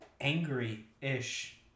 angry-ish